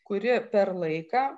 kuri per laiką